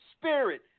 spirit